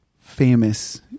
famous